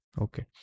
Okay